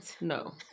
No